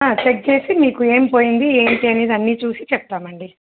check చేసి మీకు ఏం పోయింది ఏంటి అనేది అన్ని చూసి చెప్తామండి